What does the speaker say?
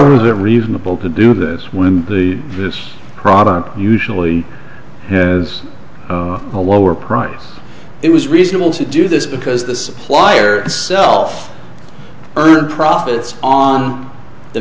would it reasonable to do this when the product usually has a lower price it was reasonable to do this because the supplier itself earn profits on the